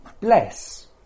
bless